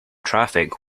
traffic